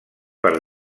per